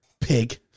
pig